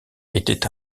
était